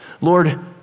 Lord